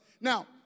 Now